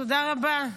תודה רבה,